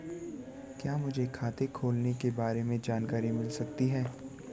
क्या मुझे खाते खोलने के बारे में जानकारी मिल सकती है?